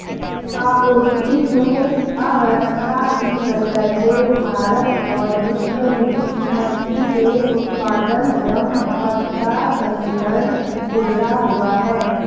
आपूर्ति में अव्यवस्था की वजह से भारत और विश्व में मछली के उत्पादन एवं खपत का समीकरण बिगड़ा हुआ है